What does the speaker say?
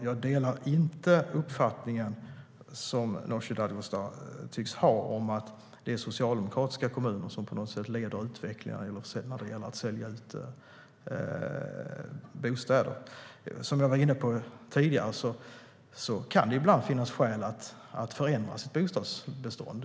Jag delar inte uppfattningen som Nooshi Dadgostar tycks ha att det är socialdemokratiska kommuner som på något sätt leder utvecklingen när det gäller att sälja ut bostäder. Precis som jag var inne på tidigare kan det finnas skäl att förändra bostadsbeståndet.